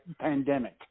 pandemic